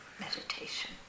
meditation